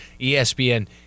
ESPN